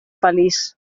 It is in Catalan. feliç